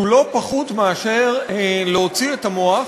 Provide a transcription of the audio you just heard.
שהוא לא פחות מאשר להוציא את המוח,